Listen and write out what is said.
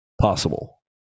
possible